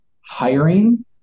hiring